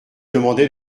demandai